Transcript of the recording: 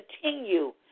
continue